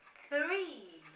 three